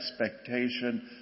expectation